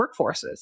workforces